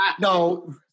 No